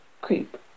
Creep